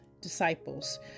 disciples